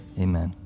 Amen